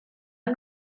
yng